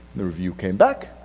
the review came back,